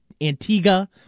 antigua